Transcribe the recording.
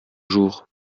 jours